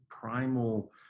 primal